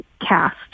cast –